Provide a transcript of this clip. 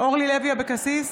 אורלי לוי אבקסיס,